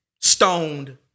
stoned